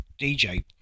DJ